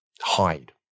hide